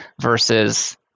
versus